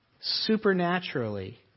supernaturally